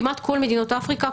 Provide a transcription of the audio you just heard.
כמעט כל מדינות אפריקה,